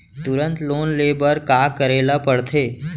तुरंत लोन ले बर का करे ला पढ़थे?